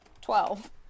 Twelve